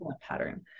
pattern